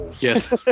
Yes